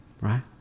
right